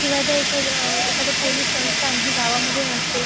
किंवा त्या एखादं एखादं पोलिस संस्थान हे गावामध्ये नसते